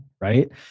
right